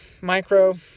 micro